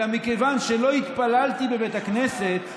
אלא מכיוון שלא התפללתי בבית הכנסת,